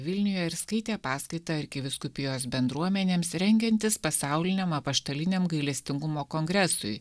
vilniuje ir skaitė paskaitą arkivyskupijos bendruomenėms rengiantis pasauliniam apaštaliniam gailestingumo kongresui